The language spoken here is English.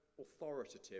authoritative